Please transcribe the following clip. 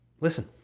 listen